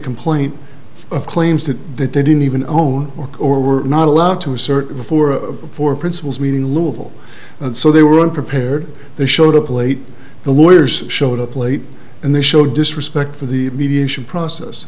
complaint of claims that they didn't even own or or were not allowed to assert before a before principles meeting lawful and so they were unprepared they showed up late the lawyers showed up late and they show disrespect for the mediation process